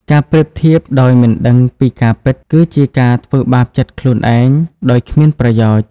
ការប្រៀបធៀបដោយមិនដឹងពីការពិត គឺជាការធ្វើបាបចិត្តខ្លួនឯងដោយគ្មានប្រយោជន៍។